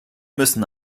müssen